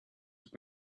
have